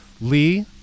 Lee